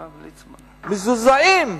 מזועזעים,